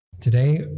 Today